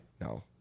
No